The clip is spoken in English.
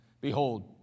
Behold